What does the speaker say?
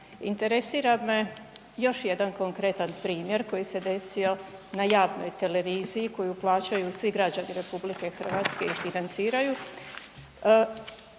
Interesira me još jedan konkretan primjer koji se desio na javnoj televiziji koju plaćaju svi građani RH i financiraju,